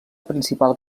principal